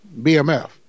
BMF